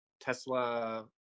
tesla